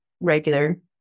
regular